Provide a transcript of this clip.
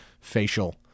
facial